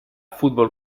fútbol